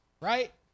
right